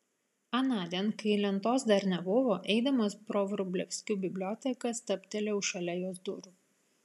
anądien kai lentos dar nebuvo eidamas pro vrublevskių biblioteką stabtelėjau šalia jos durų